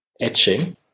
etching